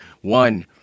One